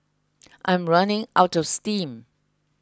I'm running out of steam